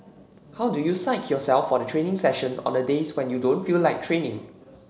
how do you psych yourself for the training sessions on the days when you don't feel like training